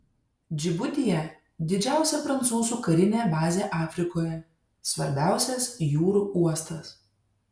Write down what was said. džibutyje didžiausia prancūzų karinė bazė afrikoje svarbiausias jūrų uostas